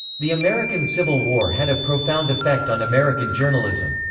the american civil war had a profound effect on american journalism.